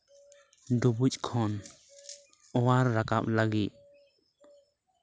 ᱰᱩᱵᱩᱡ ᱠᱷᱚᱱ ᱚᱣᱟᱨ ᱨᱟᱠᱟᱵ ᱞᱟᱹᱜᱤᱫ